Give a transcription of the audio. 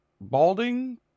balding